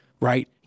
right